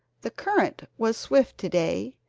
the current was swift to-day.